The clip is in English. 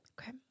Okay